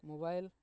mobile